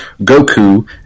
Goku